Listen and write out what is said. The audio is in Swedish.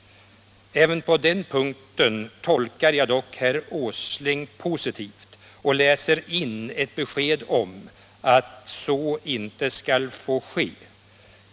Även på denna punkt tolkar jag dock herr Åsling positivt, och jag läser in i protokollet att jag fått ett besked om att något sådant inte skall få ske.